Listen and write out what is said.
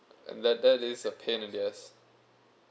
and that that is a pain in the ass